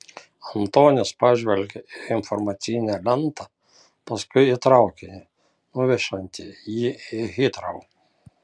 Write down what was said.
antonis pažvelgė į informacinę lentą paskui į traukinį nuvešiantį jį į hitrou